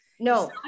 No